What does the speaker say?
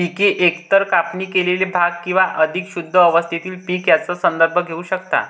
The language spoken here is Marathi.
पिके एकतर कापणी केलेले भाग किंवा अधिक शुद्ध अवस्थेतील पीक यांचा संदर्भ घेऊ शकतात